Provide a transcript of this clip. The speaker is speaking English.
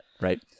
right